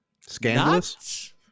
Scandalous